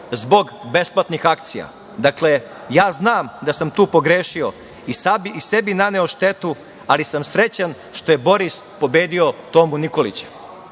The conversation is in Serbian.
zbog besplatnih akcija. Dakle, ja znam da sam tu pogrešio i sebi naneo štetu, ali sam srećan što je Boris pobedio Tomu Nikolića.